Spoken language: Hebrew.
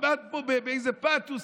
עמד פה באיזה פתוס.